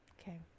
Okay